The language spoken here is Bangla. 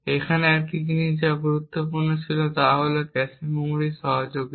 এখানে একটি জিনিস যা গুরুত্বপূর্ণ ছিল তা হল ক্যাশে মেমরির সহযোগীতা